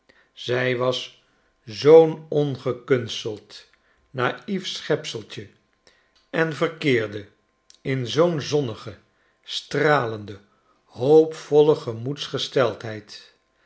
zij was zoo'n ongekunsteld nalef schepseltje en verkeerde in zoo'n zonnige stralende hoopvoile gemoedsgesteldheid